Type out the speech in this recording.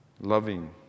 Loving